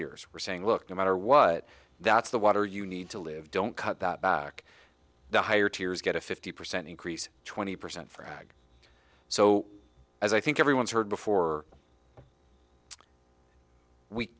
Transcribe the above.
years we're saying look no matter what that's the water you need to live don't cut that back the higher two years get a fifty percent increase twenty percent frag so as i think everyone's heard before we